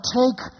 take